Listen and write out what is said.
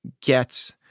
get